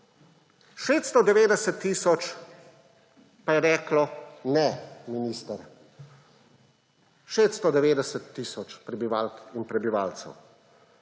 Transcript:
690 tisoč pa je reklo: »Ne, minister!« 690 tisoč prebivalk